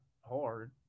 hard